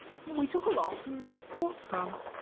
we took a lot and bought some.